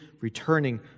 returning